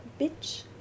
bitch